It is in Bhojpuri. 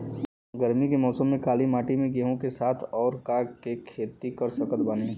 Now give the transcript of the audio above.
गरमी के मौसम में काली माटी में गेहूँ के साथ और का के खेती कर सकत बानी?